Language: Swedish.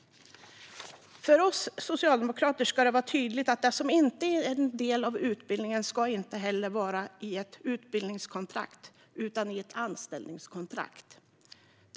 För oss socialdemokrater ska det vara tydligt att det som inte är en del av utbildningen inte heller ska ingå i ett utbildningskontrakt utan i ett anställningskontrakt.